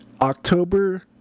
October